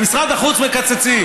במשרד החוץ מקצצים.